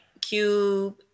Cube